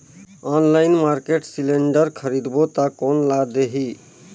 Online market cylinder खरीदबो ता कोन ला देही?